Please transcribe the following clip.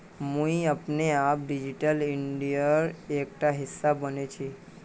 मुई अपने आपक डिजिटल इंडियार एकटा हिस्सा माने छि